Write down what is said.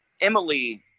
Emily